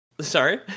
Sorry